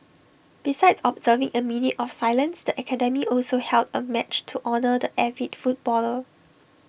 besides observing A minute of silence the academy also held A match to honour the avid footballer